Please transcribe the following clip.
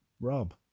Rob